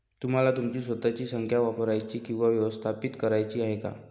तुम्हाला तुमची स्वतःची संख्या वापरायची किंवा व्यवस्थापित करायची आहे का?